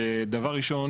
דבר ראשון,